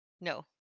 no